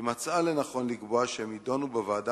היא מצאה לנכון לקבוע שהם יידונו בוועדה